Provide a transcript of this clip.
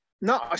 no